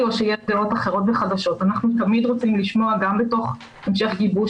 ובסופו של דבר אנחנו נוכל להתקדם ולנוע בלעדיכם,